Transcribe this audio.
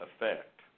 effect